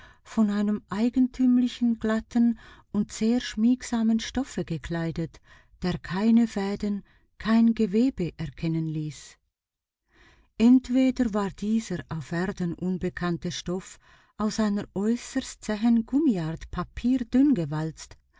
von einem eigentümlichen glatten und sehr schmiegsamen stoffe gekleidet der keine fäden kein gewebe erkennen ließ entweder war dieser auf erden unbekannte stoff aus einer äußerst zähen gummiart papierdünn gewalzt